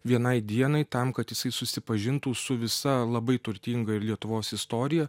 vienai dienai tam kad jisai susipažintų su visa labai turtinga ir lietuvos istorija